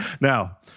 Now